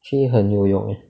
actually 很